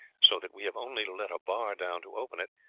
so that we have only to let a bar down to open it,